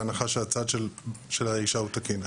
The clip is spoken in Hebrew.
בהנחה שהצד של האישה הוא תקין.